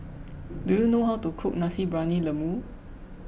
do you know how to cook Nasi Briyani Lembu